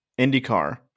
IndyCar